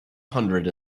hundred